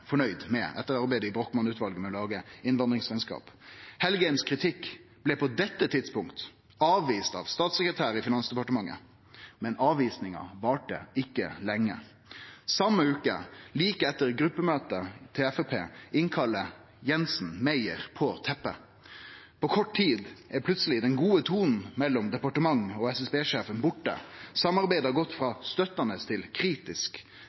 fornøgd med, etter arbeidet i Brochmann-utvalet med å lage innvandringsrekneskap. Kritikken frå Engen-Helgheim blei på dette tidspunktet avvist av statssekretæren i Finansdepartementet. Men avvisinga varte ikkje lenge. Same veke, like etter gruppemøtet til Framstegspartiet, kalla Jensen Meyer inn på teppet. På kort tid er plutseleg den gode tonen mellom departementet og SSB-sjefen borte, samarbeidet har gått frå støttande til kritisk.